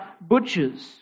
butchers